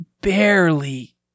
barely